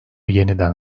yeniden